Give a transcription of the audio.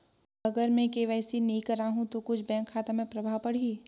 अगर मे के.वाई.सी नी कराहू तो कुछ बैंक खाता मे प्रभाव पढ़ी?